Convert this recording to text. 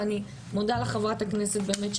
ואני מודה לחברת הכנסת באמת,